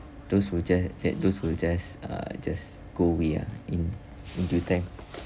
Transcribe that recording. those who ju~ that those will just uh just go away ah in into time